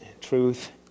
truth